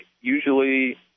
Usually